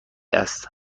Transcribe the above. است